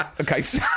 Okay